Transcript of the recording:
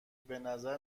بنظر